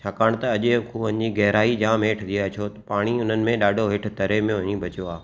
छाकाणि त अॼु खुहनि जी गहराई जाम हेठि थी आहे छो पाणी हुननि में ॾाढो हेठि तरे में वञी बचो आ